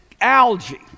algae